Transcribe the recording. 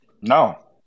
No